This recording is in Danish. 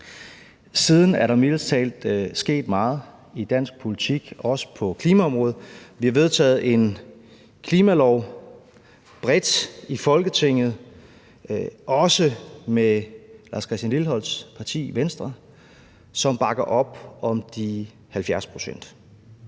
Siden er der mildest talt sket meget i dansk politik, også på klimaområdet. Vi har vedtaget en klimalov bredt i Folketinget, også med Lars Christian Lilleholts parti, Venstre, som bakker op om de 70 pct.